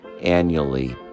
annually